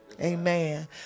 Amen